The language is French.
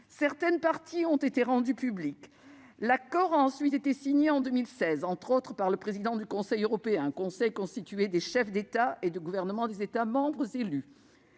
de ses parties ont été rendues publiques. L'accord a ensuite été signé en 2016, notamment par le président du Conseil européen, constitué des chefs d'État ou de gouvernement des États membres, qui